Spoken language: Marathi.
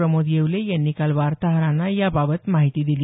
प्रमोद येवले यांनी काल वार्ताहरांना याबाबत माहिती दिली